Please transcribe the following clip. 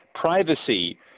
privacy